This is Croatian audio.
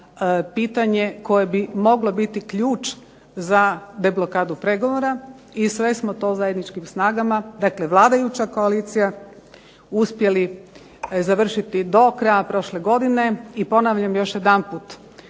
pitanje koje bi moglo biti ključ za deblokadu pregovora i sve smo to zajedničkim snagama. Dakle, vladajuća koalicija uspjeli završiti do kraja prošle godine. I ponavljam još jedanput.